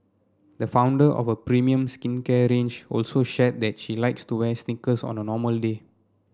the founder of a premium skincare range also shared that she likes to wear sneakers on a normally